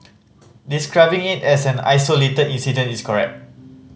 describing it as an isolated incident is correct